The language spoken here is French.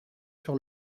sur